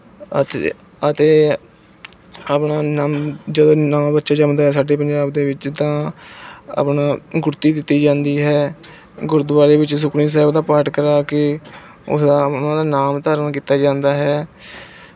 ਅਤੇ ਅਤੇ ਆਪਣਾ ਨ ਜਦੋਂ ਨਵਾਂ ਬੱਚਾ ਜੰਮਦਾ ਹੈ ਸਾਡੇ ਪੰਜਾਬ ਦੇ ਵਿੱਚ ਤਾਂ ਆਪਣਾ ਗੁੜਤੀ ਦਿੱਤੀ ਜਾਂਦੀ ਹੈ ਗੁਰਦੁਆਰੇ ਵਿੱਚ ਸੁਖਮਨੀ ਸਾਹਿਬ ਦਾ ਪਾਠ ਕਰਾ ਕੇ ਉਸਦਾ ਉਨ੍ਹਾਂ ਦਾ ਨਾਮ ਧਰਨ ਕੀਤਾ ਜਾਂਦਾ ਹੈ